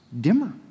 dimmer